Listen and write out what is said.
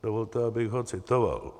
Dovolte, abych ho citoval.